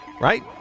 Right